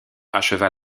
acheva